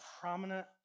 prominent